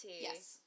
Yes